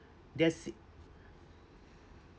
there's